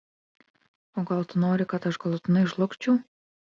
o gal tu nori kad aš galutinai žlugčiau